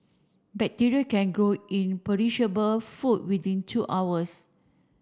bacteria can grow in perishable food within two hours